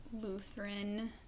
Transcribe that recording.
lutheran